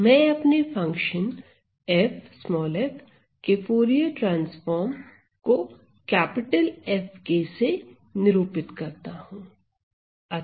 मैं अपने function f के फूरिये ट्रांसफार्म को F निरूपित करता हूं